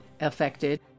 affected